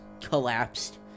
collapsed